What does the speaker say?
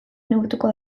neurtuko